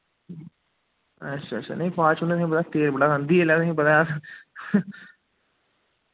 अच्छा अच्छा नेईं फार्चूनर इ'यां बड़ा तेल बड़ा खंदी इल्लै तुसें पता ऐ